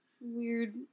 weird